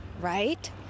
right